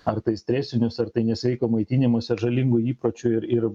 ar tai stresinius ar tai nesveiko maitinimosi ar žalingų įpročių ir ir